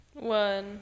One